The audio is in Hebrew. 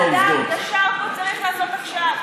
הדמוקרטיה של חברת הכנסת שפיר לא מאפשרת משפט אחד.